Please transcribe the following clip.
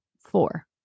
four